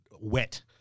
wet